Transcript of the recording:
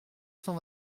cent